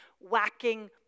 whacking